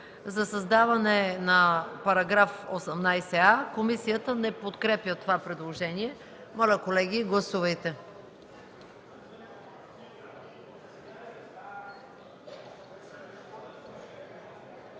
за създаване на § 18а – комисията не подкрепя това предложение. Моля, колеги, гласувайте.